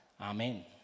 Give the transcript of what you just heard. Amen